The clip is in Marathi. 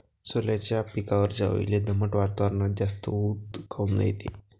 सोल्याच्या पिकावरच्या अळीले दमट वातावरनात जास्त ऊत काऊन येते?